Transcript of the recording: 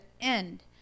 end